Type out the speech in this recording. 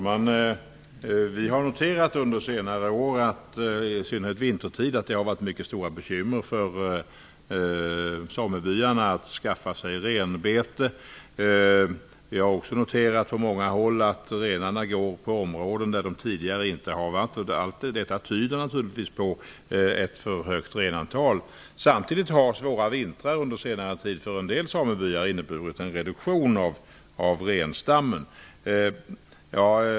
Fru talman! Vi har under senare år noterat att det, i synnerhet vintertid, har varit mycket stora bekymmer för samebyarna att skaffa renbete. Vi har också på många håll noterat att renarna går på områden där de tidigare inte har varit. Allt detta tyder naturligtvis på ett för högt renantal. Samtidigt har svåra vintrar under senare tid inneburit en reduktion av renstammen för en del samebyar.